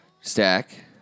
Stack